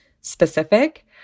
specific